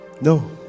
No